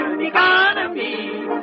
economy